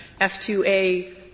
F2A